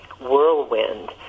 whirlwind